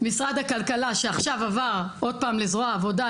משרד הכלכלה שעכשיו עבר עוד פעם לזרוע העבודה,